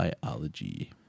biology